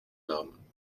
namen